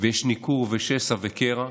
ויש ניכור ושסע וקרע,